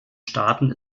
staaten